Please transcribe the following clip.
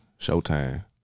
Showtime